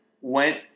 went